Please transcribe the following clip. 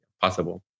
possible